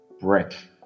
brick